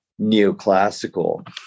neoclassical